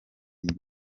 iyi